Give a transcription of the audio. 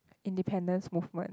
independence movement